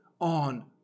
on